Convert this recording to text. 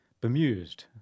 bemused